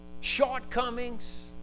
shortcomings